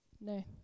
No